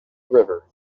river